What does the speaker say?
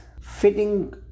Fitting